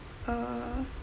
uh